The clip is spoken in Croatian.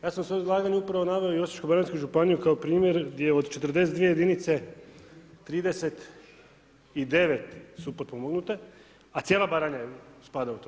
Ja sam u svojem izlaganju upravo naveo i Osječko-baranjsku županiju kao primjer gdje od 42 jedinice, 39 su potpomognute a cijela Baranja spada u to.